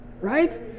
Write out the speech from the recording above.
Right